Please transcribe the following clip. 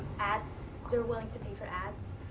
ads, they're willing to pay for ads.